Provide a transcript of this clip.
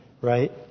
right